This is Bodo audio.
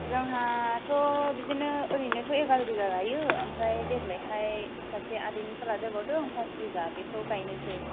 जोंहा थ बिदिनो एरैनो थ एगार' बिगा गायो आमफ्राय देग्लायहाय सासे आदैनिखौ लादेरबावदों पास बिगा बेखौ गायनोसै